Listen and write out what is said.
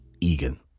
Egan